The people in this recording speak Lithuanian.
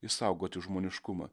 išsaugoti žmoniškumą